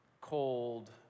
cold